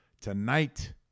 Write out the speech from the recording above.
tonight